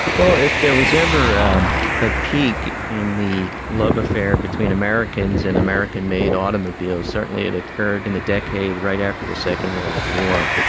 well if there was ever a peak in the love affair between americans and american-made automobiles, certainly it occurred in the decade right after the second world war.